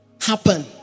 happen